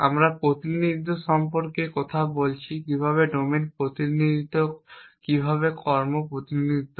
আমরা প্রতিনিধিত্ব সম্পর্কে কথা বলছি কিভাবে ডোমেন প্রতিনিধিত্ব কিভাবে কর্ম প্রতিনিধিত্ব